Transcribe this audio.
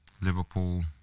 Liverpool